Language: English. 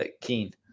Keen